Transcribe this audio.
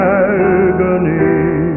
agony